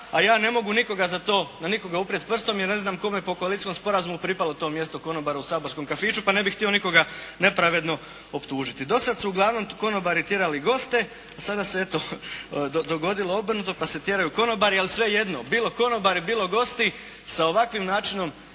a ja ne mogu nikoga za to, na nikoga uprijeti prstom jer ne znam kome je po koalicijskom sporazumu pripalo to mjesto konobara u saborskom kafiću, pa ne bih htio nikoga nepravedno optužiti. Do sada su uglavnom konobari tjerali goste, a sada se eto dogodilo obrnuto, pa se tjeraju konobari, ali svejedno bilo konobari, bilo gosti, sa ovakvim načinom